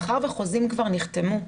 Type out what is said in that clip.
מאחר שחוזים כבר נחתמו,